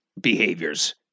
behaviors